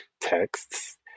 texts